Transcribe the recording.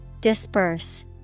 Disperse